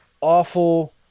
awful